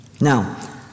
Now